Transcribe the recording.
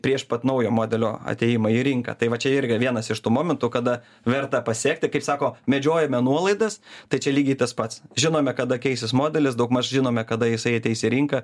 prieš pat naujo modelio atėjimą į rinką tai va čia irgi vienas iš tų momentų kada verta pasekti kaip sako medžiojame nuolaidas tai čia lygiai tas pats žinome kada keisis modelis daugmaž žinome kada jisai ateis į rinką